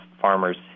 farmers